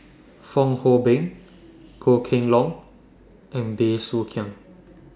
Fong Hoe Beng Goh Kheng Long and Bey Soo Khiang